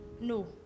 no